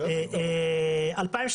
2013